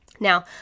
Now